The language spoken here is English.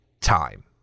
time